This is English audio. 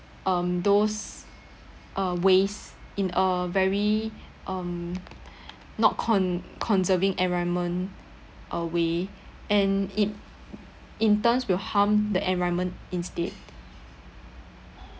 um those uh waste in a very um not con~ conserving environment uh way and it in turns will harm the environment instead